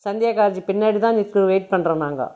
Sandhya college பின்னாடி தான் wait பண்ணுறோம் நாங்கள்